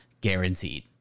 guaranteed